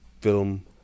film